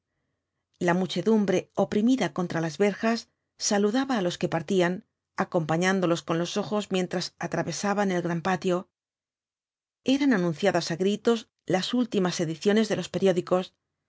la muchedumbre oprimida contra las verjas saludaba á los que partían acompañándolos con los ojos mientras atravesaban el gran patio eran anunciadas á gritos las últimas ediciones de los periódicos